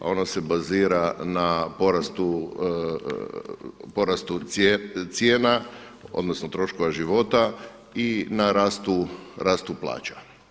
Ono se bazira na porastu cijena, odnosno troškova život i na rastu plaća.